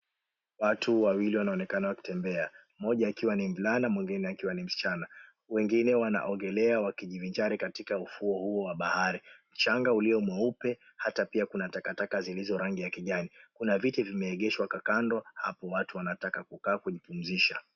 Watu wawili wanaonekana wakitembea mmoja ni mvulana mwengine akiwa ni msichana wengine wanaogelea wakiwa wanajivinjari katika ufuo huo wa bahari. Mchanga ulio mweupe hata pia kuna takataka zilizo rangi ya kijani kuna viti vimeegeeshwa kando hapo watu wanataka kukaa kujipumzisha.